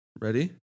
ready